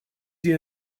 you